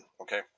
okay